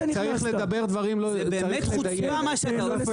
צריך לדייק אדוני.